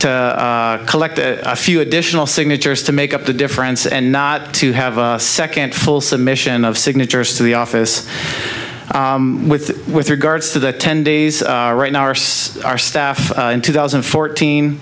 to collect a few additional signatures to make up the difference and not to have a second full submission of signatures to the office with with regards to the ten days right now our staff in two thousand and fourteen